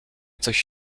coś